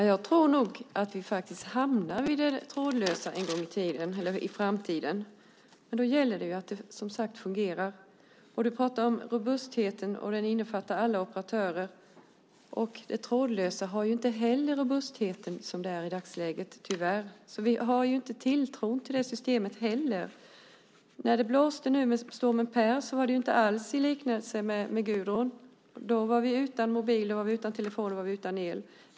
Herr talman! Jag tror nog att vi hamnar i det trådlösa en gång i framtiden. Då gäller det ju som sagt att det fungerar. Du pratar om robustheten, och den innefattar alla operatörer. Det trådlösa har ju inte heller robustheten som det är i dagsläget, tyvärr. Så vi har inte tilltro till det systemet heller. När det blåste nu med stormen Per var det inte alls som med Gudrun. Då var vi utan mobil, telefon och el.